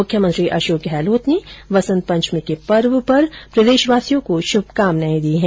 मुख्यमंत्री अशोक गहलोत ने वसंत पंचमी के पर्व पर प्रदेशवासियों को शुभकामनाएं दी है